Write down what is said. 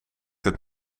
het